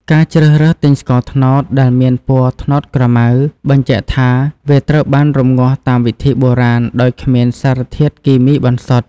ការជ្រើសរើសទិញស្ករត្នោតដែលមានពណ៌ត្នោតក្រមៅ បញ្ជាក់ថាវាត្រូវបានរំងាស់តាមវិធីបុរាណដោយគ្មានសារធាតុគីមីបន្សុទ្ធ។